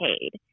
paid